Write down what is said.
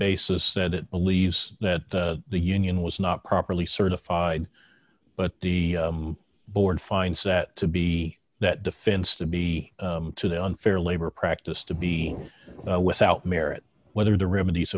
basis that it believes that the union was not properly certified but the board find sat to be that defense to be to the unfair labor practice to be without merit whether the remedies